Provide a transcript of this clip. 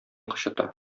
кычыта